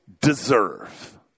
deserve